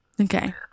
Okay